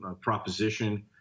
proposition